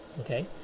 okay